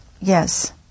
yes